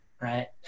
Right